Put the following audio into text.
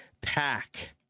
Pack